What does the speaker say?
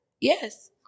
Yes